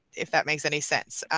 if that makes any sense,